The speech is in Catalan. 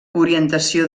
orientació